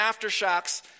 aftershocks